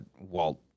Walt